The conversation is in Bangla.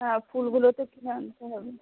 হ্যাঁ ফুলগুলো তো কিনে আনতে হবে